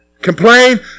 Complain